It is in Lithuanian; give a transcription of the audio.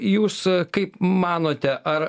jūs kaip manote ar